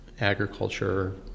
agriculture